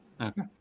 Okay